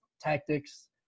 tactics